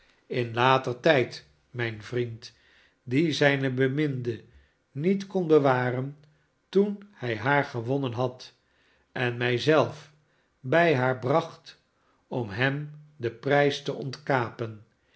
in later tijd mijn vriend die zijne beminde niet kon bewaren toen hij haar gewonnen had en mij zelf bij haar bracht om hem den prijs te ontkapen